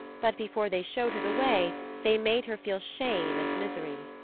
but before they showed her the way they made her feel shame and misery.